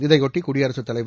இதையொட்டி குடியரசுத் தலைவர்